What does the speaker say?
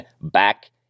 back